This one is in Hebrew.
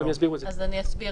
אסביר.